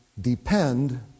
depend